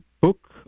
book